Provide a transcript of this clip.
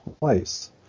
place